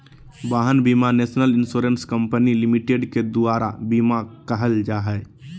वाहन बीमा national insurance company limited के दुआर बीमा कहल जाहइ